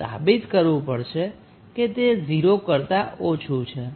સાબિત કરવું પડશે કે તે 0 કરતાં ઓછું છે